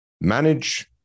manage